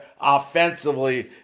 offensively